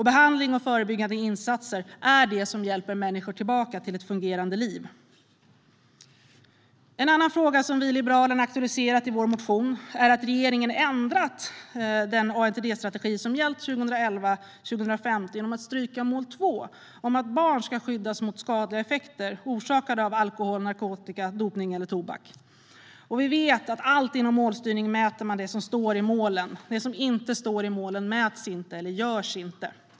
Behandling och förebyggande insatser är det som hjälper människor tillbaka till ett fungerande liv. En annan fråga som vi i Liberalerna har aktualiserat i vår motion är att regeringen har ändrat den ANDT-strategi som har gällt 2011-2015 genom att stryka mål 2 om att barn ska skyddas mot skadliga effekter orsakade av alkohol, narkotika, dopning eller tobak. Vi vet att man alltid inom målstyrning mäter det som står i målen. Det som inte står där mäts inte eller görs inte.